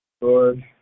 Lord